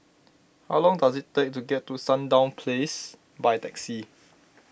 how long does it take to get to Sandown Place by taxi